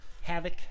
Havoc